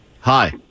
Hi